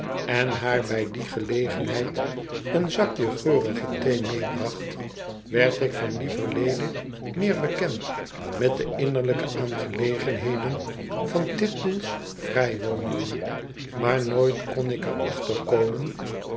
on haar bij die gelegenheid een zakje geurige thee meebracht werd ik van lieverlede meer bekend met de innerlijke aangelegenheden van titbull's vrijwoningen maar nooit kon ik er achter komen